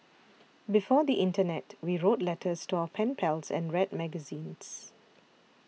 before the internet we wrote letters to our pen pals and read magazines